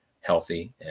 healthy